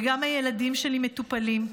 וגם הילדים שלי מטופלים.